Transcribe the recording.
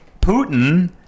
Putin